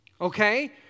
Okay